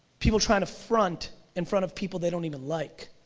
people trying to front in front of people they don't even like.